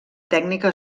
tècnica